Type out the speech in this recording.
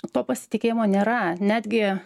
to pasitikėjimo nėra netgi